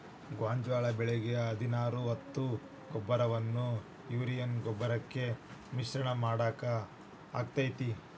ಗೋಂಜಾಳ ಬೆಳಿಗೆ ಹದಿನಾರು ಹತ್ತು ಗೊಬ್ಬರವನ್ನು ಯೂರಿಯಾ ಗೊಬ್ಬರಕ್ಕೆ ಮಿಶ್ರಣ ಮಾಡಾಕ ಆಕ್ಕೆತಿ?